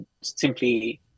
simply